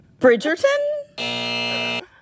Bridgerton